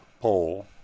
Poll